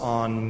on